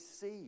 see